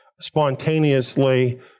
spontaneously